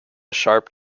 sharp